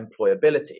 employability